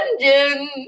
engine